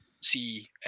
See